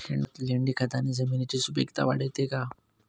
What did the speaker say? शेणखत, लेंडीखताने जमिनीची सुपिकता वाढते का?